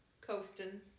coasting